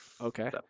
okay